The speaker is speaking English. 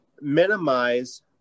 minimize